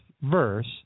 verse